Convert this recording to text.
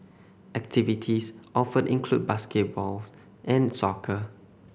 activities offered include basketball and soccer